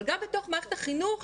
אבל גם בתוך מערכת החינוך,